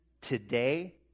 today